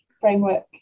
framework